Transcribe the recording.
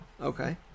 Okay